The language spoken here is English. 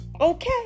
Okay